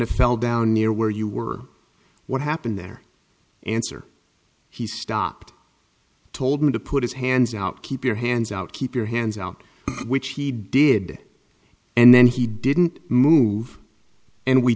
of fell down near where you were what happened there answer he stopped told him to put his hands out keep your hands out keep your hands out which he did and then he didn't move and we